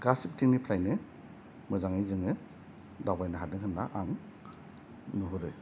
गासिबथिंनिफ्रायनो मोजाङै जोङो दावबायनो हादों होनना आं नुह'रो